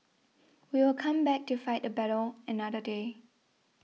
we will come back to fight the battle another day